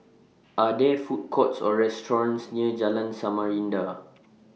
Are There Food Courts Or restaurants near Jalan Samarinda